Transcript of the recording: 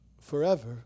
forever